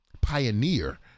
pioneer